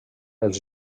els